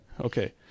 Okay